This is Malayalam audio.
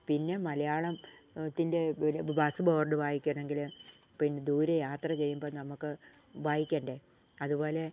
പിന്നെ മലയാളത്തിൻ്റെ ബസ് ബോർഡ് വായിക്കണമെങ്കിൽ പിന്നെ ദൂരെ യാത്ര ചെയ്യുമ്പോൾ നമുക്ക് വായിക്കേണ്ടത് അതുപോലെ